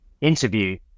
interview